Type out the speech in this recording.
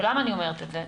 ולמה אני אומרת את זה?